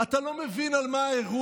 אתה לא מבין על מה האירוע,